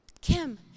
Kim